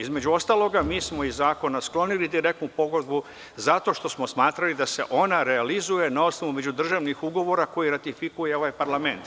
Između ostalog, mi smo iz zakona sklonili direktnu pogodbu zato što smo smatrali da se ona realizuje na osnovu međudržavnih ugovora koja ratifikuje ovaj parlament.